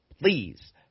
please